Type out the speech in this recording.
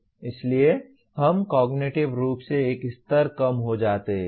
इसलिए हम कॉग्निटिव रूप से एक स्तर कम हो जाते हैं